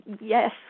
yes